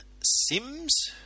Sims